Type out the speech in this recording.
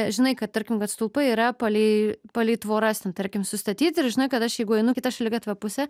žinai kad tarkim kad stulpai yra palei palei tvoras ten tarkim sustatyti ir žinai kad aš jeigu einu kita šaligatvio puse